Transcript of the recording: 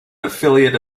affiliate